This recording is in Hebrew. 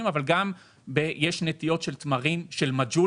מאוד אבל גם יש נטיעות של תמרי מג'הול.